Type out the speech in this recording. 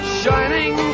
shining